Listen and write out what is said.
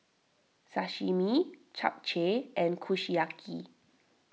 Sashimi Japchae and Kushiyaki